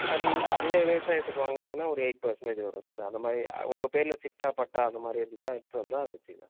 அது அதுவே விவசாயத்துக்கு வாங்கறீங்கன்னால் ஒரு எயிட் பேர்சன்டேஜ் வரும் சார் அந்த மாதிரி உங்கள் பேரில் சிட்டா பட்டா அந்த மாதிரி இருந்தால் எடுத்துட்டு வந்தால் வெச்சுக்கிலாம்